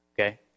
okay